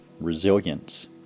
resilience